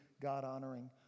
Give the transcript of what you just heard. God-honoring